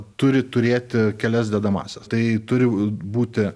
turi turėti kelias dedamąsias tai turi būti